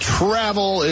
travel